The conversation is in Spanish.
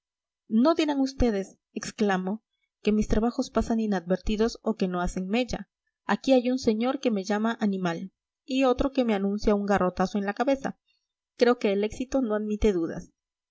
mi prestigio no dirán ustedes exclamo que mis trabajos pasan inadvertidos o que no hacen mella aquí hay un señor que me llama animal y otro que me anuncia un garrotazo en la cabeza creo que el éxito no admite dudas